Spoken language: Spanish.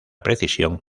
precisión